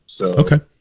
Okay